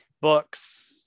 books